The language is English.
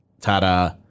Ta-da